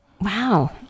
Wow